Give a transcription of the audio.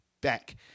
back